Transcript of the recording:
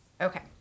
okay